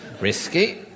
Risky